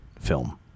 film